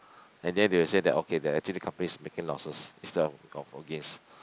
and then they will say that okay they actually the company is making losses is the oh